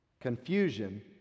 confusion